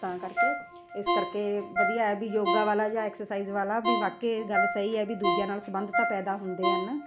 ਤਾਂ ਕਰਕੇ ਇਸ ਕਰਕੇ ਵਧੀਆ ਹੈ ਵੀ ਯੋਗਾ ਵਾਲਾ ਜਾਂ ਐਕਸਰਸਾਈਜ਼ ਵਾਲਾ ਵੀ ਵਾਕੇ ਗੱਲ ਸਹੀ ਹੈ ਵੀ ਦੂਜਿਆਂ ਨਾਲ ਸੰਬੰਧ ਤਾਂ ਪੈਦਾ ਹੁੰਦੇ ਹਨ